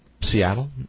Seattle